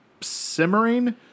simmering